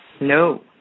No